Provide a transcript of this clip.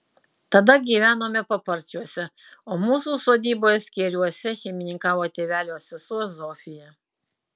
tada gyvenome paparčiuose o mūsų sodyboje skėriuose šeimininkavo tėvelio sesuo zofija